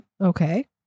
Okay